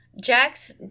Jack's